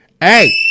Hey